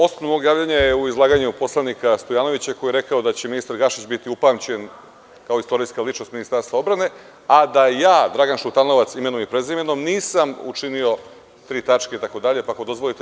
Osnov mog javljanja je u izlaganju poslanika Stojanovića koji je rekao da će ministar Gašić biti upamćen kao istorijska ličnog Ministarstva odbrane, a da ja, Dragan Šutanovac, imenom i prezimenom nisam učinio i tri tačke, pa ako dozvolite.